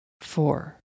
four